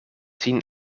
sin